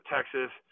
Texas